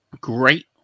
great